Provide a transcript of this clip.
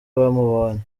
bamubonye